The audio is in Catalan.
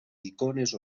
icones